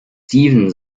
steven